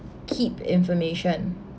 keep information